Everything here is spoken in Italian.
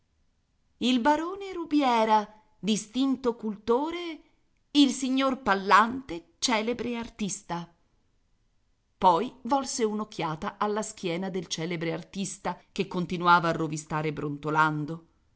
il barone rubiera distinto cultore il signor pallante celebre artista poi volse un'occhiata alla schiena del celebre artista che continuava a rovistare brontolando